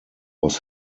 was